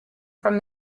from